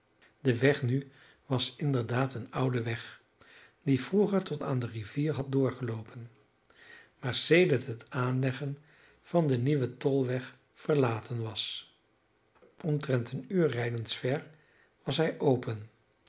de weg nu was inderdaad een oude weg die vroeger tot aan de rivier had doorgeloopen maar sedert het aanleggen van den nieuwen tolweg verlaten was omtrent een uur rijdens ver was hij open